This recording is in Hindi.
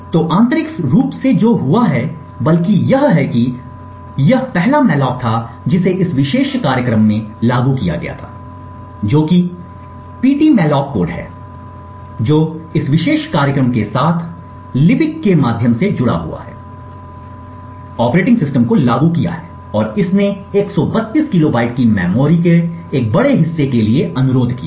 तो आंतरिक रूप से जो हुआ है बल्कि यह कि यह पहला मॉलॉक था जिसे इस विशेष कार्यक्रम में लागू किया गया था जो कि ptmalloc कोड है जो इस विशेष कार्यक्रम के साथ libc के माध्यम से जुड़ा हुआ है ऑपरेटिंग सिस्टम को लागू किया है और इसने 132 किलोबाइट की मेमोरी के एक बड़े हिस्से के लिए अनुरोध किया है